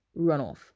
runoff